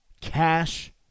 cash